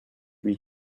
lui